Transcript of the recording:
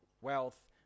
wealth